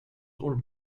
ulm